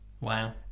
wow